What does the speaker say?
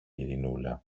ειρηνούλα